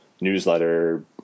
newsletter